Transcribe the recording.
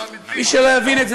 מי שלא יבין את זה,